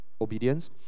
obedience